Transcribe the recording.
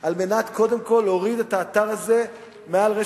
כדי קודם כול להוריד את האתר הזה מהאינטרנט